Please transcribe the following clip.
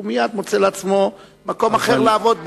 הוא מייד מוצא לעצמו מקום אחר לעבוד בו.